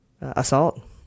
assault